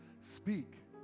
Speak